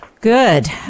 Good